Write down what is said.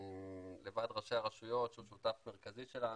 לוועד ראשי הרשויות, שהוא שותף מרכזי שלנו,